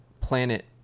planet